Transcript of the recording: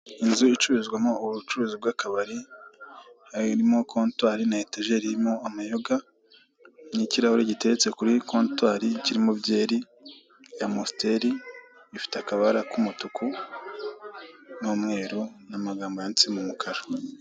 Inzu icururizwamo ubucuruzi bw'akabari, irimo kontwari na etajeri irimo amayoga, n'ikirahuri giteretse kuri kontwari kirimo byeri ya amusiteri, ifite akabara k'umutuku n'umweru n'amagambo yanditse mu mukara.